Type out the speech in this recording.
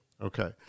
Okay